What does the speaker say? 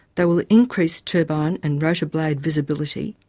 they will increase turbine and rotor blade visibility,